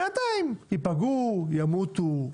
בינתיים יפגעו, ימותו.